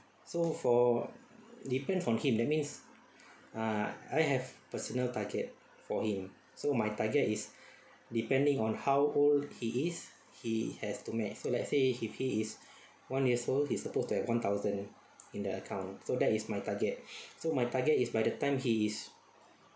so for different from him that means ah I have personal target for him so my target is depending on how old he is he has to match so let's say if he is one years old he is supposed to have one thousand in the account so that is my target so my target is by the time he is